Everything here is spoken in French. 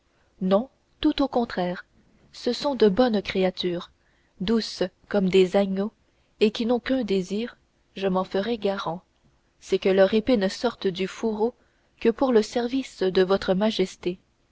non tout au contraire ce sont de bonnes créatures douces comme des agneaux et qui n'ont qu'un désir je m'en ferais garant c'est que leur épée ne sorte du fourreau que pour le service de votre majesté